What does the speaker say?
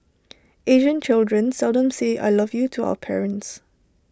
Asian children seldom say I love you to our parents